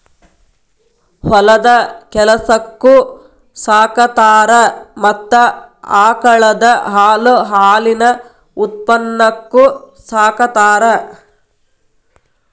ಹೊಲದ ಕೆಲಸಕ್ಕು ಸಾಕತಾರ ಮತ್ತ ಆಕಳದ ಹಾಲು ಹಾಲಿನ ಉತ್ಪನ್ನಕ್ಕು ಸಾಕತಾರ